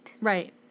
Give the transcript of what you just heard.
Right